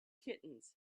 kittens